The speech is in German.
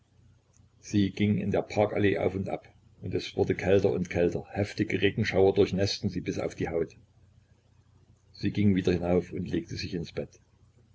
sie ging in der parkallee auf und ab es wurde kälter und kälter heftige regenschauer durchnäßten sie bis auf die haut sie ging wieder hinauf und legte sich ins bett